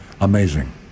Amazing